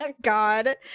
god